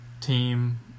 team